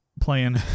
playing